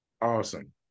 awesome